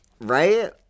Right